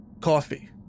coffee